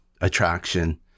attraction